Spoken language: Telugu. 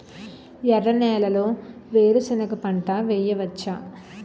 ఎర్ర నేలలో వేరుసెనగ పంట వెయ్యవచ్చా?